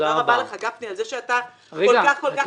תודה רבה לך, גפני, על זה שאתה כל כך מסור לעניין.